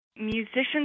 Musicians